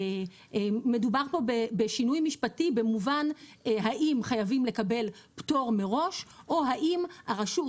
מדובר פה בשינוי משפטי במובן האם חייבים לקבל פטור מראש או האם הרשות,